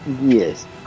Yes